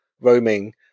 roaming